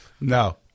No